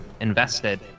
invested